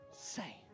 say